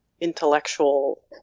intellectual